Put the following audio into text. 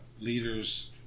leaders